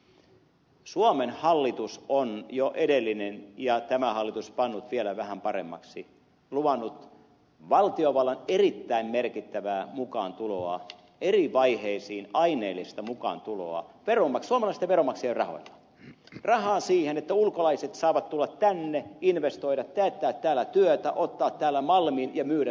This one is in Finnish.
jo edellinen suomen hallitus on luvannut ja tämä hallitus pannut vielä vähän paremmaksi valtiovallan erittäin merkittävää mukaantuloa eri vaiheisiin aineellista mukaantuloa suomalaisten veronmaksajien rahoilla rahaa siihen että ulkolaiset saavat tulla tänne investoida teettää täällä työtä ottaa täältä malmin ja myydä sen maailmalle